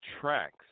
tracks